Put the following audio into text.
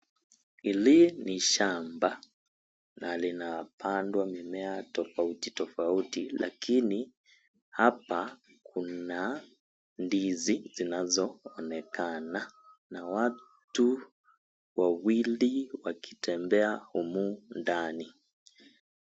Hili ni shamba na linapandwa mimea tofauti tofauti, lakini hapa kuna ndizi zinazoonekana na watu wawili wakitembea humu ndani.